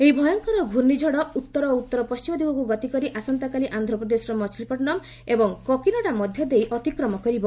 ଏହି ଭୟଙ୍କର ଘର୍ଣ୍ଣିଝନ ଉତ୍ତର ଓ ଉତ୍ତର ପଶ୍ଚିମ ଦିଗକୁ ଗତିକରି ଆସନ୍ତାକାଲି ଆନ୍ଧ୍ରପ୍ରଦେଶର ମଛଲିପଟନଢ଼୍ ଏବଂ କକିନଡ଼ା ମଧ୍ୟ ଦେଇ ଅତିକ୍ରମ କରିବ